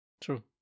true